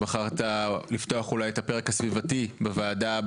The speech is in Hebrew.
שבחרת לפתוח אולי את הפרק הסביבתי בוועדה,